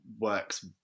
works